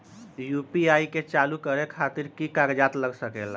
UPI के चालु करे खातीर कि की कागज़ात लग सकेला?